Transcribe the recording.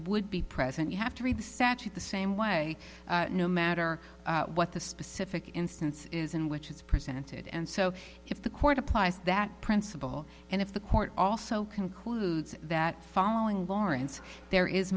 would be present you have to read sachi the same way no matter what the specific instance is in which it's presented and so if the court applies that principle and if the court also concludes that following warrants there is